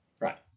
right